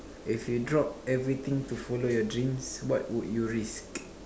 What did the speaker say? if you drop everything to follow your dreams what would you risk